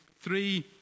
three